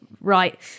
right